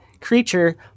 creature